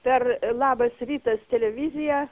per labas rytas televiziją